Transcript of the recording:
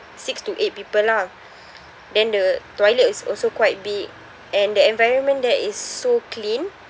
six to eight people lah then the toilet is also quite big and the environment there is so clean